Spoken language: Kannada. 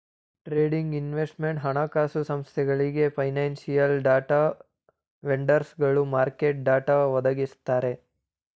ಟ್ರೇಡಿಂಗ್, ಇನ್ವೆಸ್ಟ್ಮೆಂಟ್, ಹಣಕಾಸು ಸಂಸ್ಥೆಗಳಿಗೆ, ಫೈನಾನ್ಸಿಯಲ್ ಡಾಟಾ ವೆಂಡರ್ಸ್ಗಳು ಮಾರ್ಕೆಟ್ ಡಾಟಾ ಒದಗಿಸುತ್ತಾರೆ